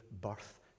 birth